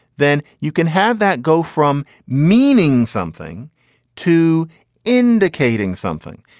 then you can have that go from meaning something to indicating something.